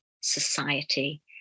society